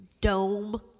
dome